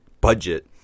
budget